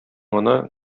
гына